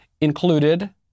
included